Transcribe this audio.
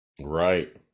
right